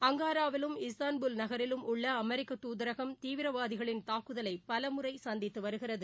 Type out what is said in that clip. அங்காராவிலும் Istanbul நகரிலும் உள்ள அமெரிக்க துதரகம் தீவிரவாதிகளின் தாக்குதலை பலமுறை சந்தித்து வருகிறது